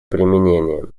применением